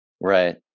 Right